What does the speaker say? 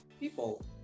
people